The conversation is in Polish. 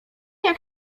jak